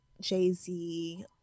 jay-z